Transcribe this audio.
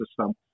system